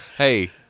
Hey